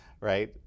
right